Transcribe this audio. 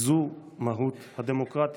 זו מהות הדמוקרטיה.